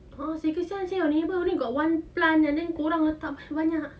a'ah seh kasihan your neighbour only got one plant and then korang letak banyak-banyak